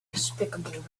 despicable